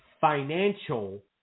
financial